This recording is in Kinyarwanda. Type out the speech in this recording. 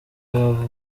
baba